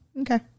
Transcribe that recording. Okay